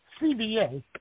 CBA